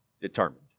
determined